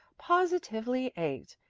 positively ached,